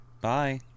bye